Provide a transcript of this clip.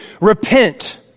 Repent